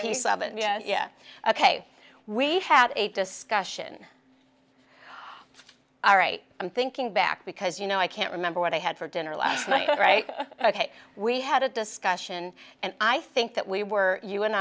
piece of it yes yes ok we had a discussion all right i'm thinking back because you know i can't remember what i had for dinner last night right ok we had a discussion and i think that we were you and